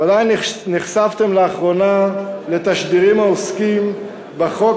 ודאי נחשפתם לאחרונה לתשדירים העוסקים בחוק